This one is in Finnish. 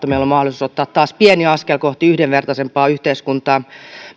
on mahdollisuus ottaa taas pieni askel kohti yhdenvertaisempaa yhteiskuntaa minä